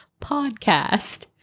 podcast